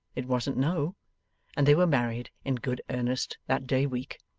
it wasn't no and they were married in good earnest that day week.